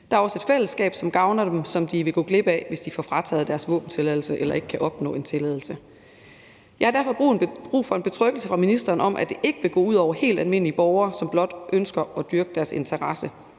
Der er også et fællesskab, som gavner dem, og som de vil gå glip af, hvis de får frataget deres våbentilladelse eller ikke kan opnå en tilladelse. Jeg har derfor brug for, at ministeren betrygger mig i, at det ikke vil gå ud over helt almindelige borgere, som blot ønsker at dyrke deres interesse,